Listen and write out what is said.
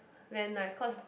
very nice cause